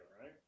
right